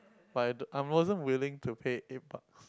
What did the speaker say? but I d~ I wasn't willing to pay eight bucks